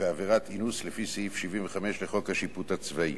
ועבירת אינוס לפי סעיף 75 לחוק השיפוט הצבאי.